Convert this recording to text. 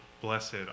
blessed